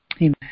Amen